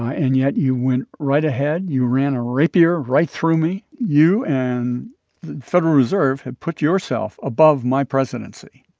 and yet, you went right ahead. you ran a rapier right through me. you and the federal reserve have put yourself above my presidency.